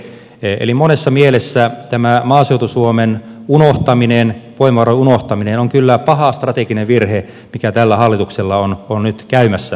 eli monessa mielessä tämä maaseutu suomen unohtaminen voimavarojen unohtaminen on kyllä paha strateginen virhe mikä tällä hallituksella on nyt käymässä toteen